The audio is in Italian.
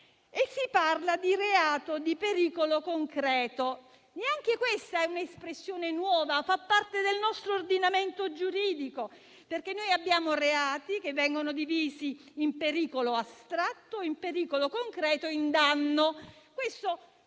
e si parla di reato di pericolo concreto. Neanche questa è un'espressione nuova, perché fa parte del nostro ordinamento giuridico, nel quale i reati sono divisi in pericolo astratto, in pericolo concreto e in danno e questo